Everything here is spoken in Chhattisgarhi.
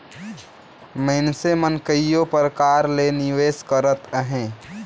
मइनसे मन कइयो परकार ले निवेस करत अहें